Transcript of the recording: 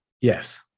Yes